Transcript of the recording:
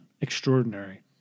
extraordinary